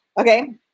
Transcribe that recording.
Okay